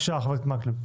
חבר הכנסת מקלב,